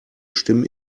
stimmen